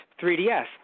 3DS